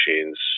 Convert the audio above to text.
machines